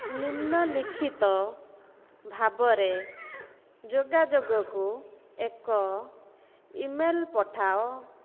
ନିମ୍ନଲିଖିତ ଭାବରେ ଯୋଗାଯୋଗକୁ ଏକ ଇମେଲ୍ ପଠାଅ